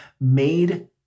made